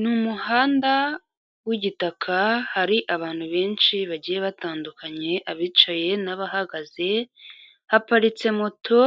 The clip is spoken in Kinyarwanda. Ni umuhanda w'igitaka, hari abantu benshi bagiye batandukanye abicaye n'abahagaze, haparitse moto